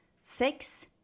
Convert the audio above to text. Six